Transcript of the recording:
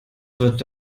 wird